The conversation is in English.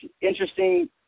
interesting